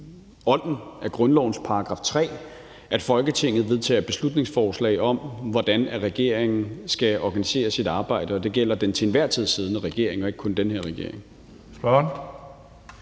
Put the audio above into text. eller i grundlovens § 3's ånd, at Folketinget vedtager et beslutningsforslag om, hvordan regeringen skal organisere sit arbejde, og det gælder den til enhver tid siddende regering og ikke kun den her regering.